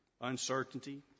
uncertainty